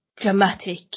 dramatic